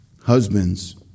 Husbands